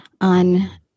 on